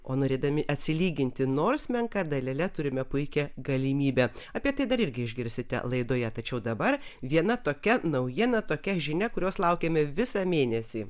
o norėdami atsilyginti nors menka dalele turime puikią galimybę apie tai dar irgi išgirsite laidoje tačiau dabar viena tokia naujiena tokia žinia kurios laukėme visą mėnesį